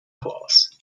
class